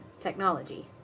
technology